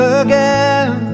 again